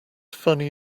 funny